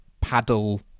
paddle